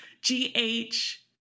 G-H